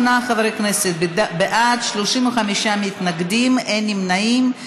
58 חברי כנסת בעד, 35 מתנגדים, אין נמנעים.